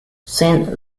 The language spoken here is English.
saint